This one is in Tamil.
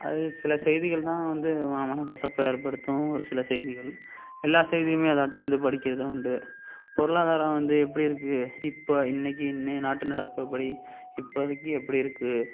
அது சில செய்திகள் தான் வந்து மனக்கசப்ப ஏற்படுத்தும் ஒரு சில செய்திகள் எல்லா செய்தியுமே அதாட்டம் வந்து படிக்கிறது உண்டு பொருளாதாரம் வந்து எப்படி இருக்குது இப்போ இன்றைக்கி இன்றைய நாட்டு நடப்புப் படி இப்போதைக்கி எப்படி இருக்குது